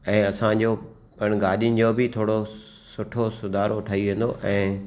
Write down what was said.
ऐं असां जो पिणु गाॾियुनि जो बि थोरो सुठो सुधारो ठही वेंदो ऐं